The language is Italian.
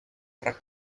fra